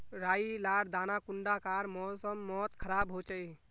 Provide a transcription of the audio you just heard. राई लार दाना कुंडा कार मौसम मोत खराब होचए?